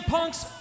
Punk's